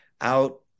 out